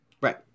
Right